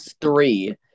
three